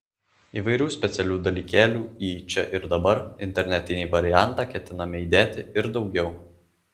įvairių specialių dalykėlių į čia ir dabar internetinį variantą ketiname įdėti ir daugiau